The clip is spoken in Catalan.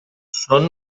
són